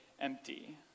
empty